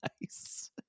nice